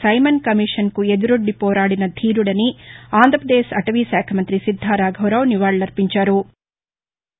Simon కమిషన్కు ఎదురొడ్డి పోరాదిన ధీరుడని ఆంధ్రపదేశ్ అటవీ శాఖ మంత్రి శిద్దా రాఘవరావు నివాళులర్పించారు